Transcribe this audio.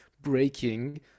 breaking